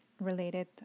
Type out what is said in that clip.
related